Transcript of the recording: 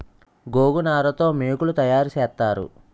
గోగనార తో మోకులు తయారు సేత్తారు